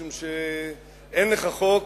משום שאין לך חוק